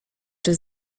czy